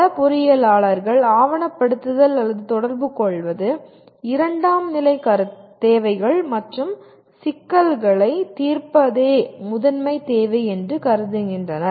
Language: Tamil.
பல பொறியியலாளர்கள் ஆவணப்படுத்தல் அல்லது தொடர்புகொள்வது இரண்டாம் நிலை தேவைகள் மற்றும் சிக்கல்களைத் தீர்ப்பதே முதன்மைத் தேவை என்று கருதுகின்றனர்